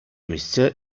місця